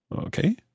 Okay